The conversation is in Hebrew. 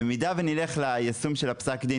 במידה ונלך ליישום של פסק הדין,